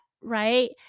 Right